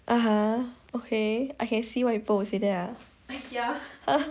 (uh huh) okay I can see why people would say that ah